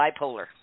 bipolar